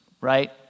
right